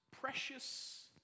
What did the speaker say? precious